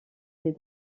des